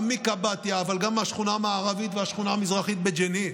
גם בקבאטיה אבל גם מהשכונה המערבית והשכונה המזרחית בג'נין